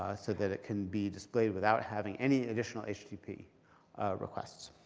ah so that it can be displayed without having any additional http requests.